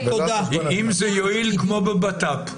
אם זה יועיל כמו בבט"פ.